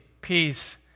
peace